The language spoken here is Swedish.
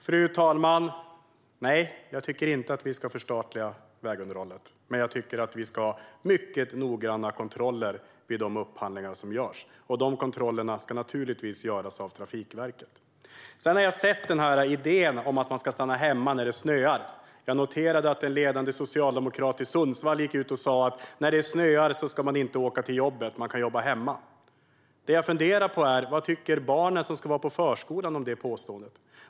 Fru talman! Nej, jag tycker inte att vi ska förstatliga vägunderhållet. Men jag tycker att vi ska ha mycket noggranna kontroller vid de upphandlingar som görs, och dessa kontroller ska naturligtvis göras av Trafikverket. Jag har sett den här idén om att man ska stanna hemma när det snöar. Jag noterade att en ledande socialdemokrat i Sundsvall gick ut och sa: När det snöar ska man inte åka till jobbet, utan man kan jobba hemma. Det jag funderar på är: Vad tycker barnen som ska vara på förskolan om det påståendet?